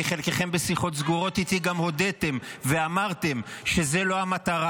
כי חלקכם בשיחות סגורות איתי גם הודיתם ואמרתם שזו לא המטרה.